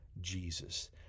Jesus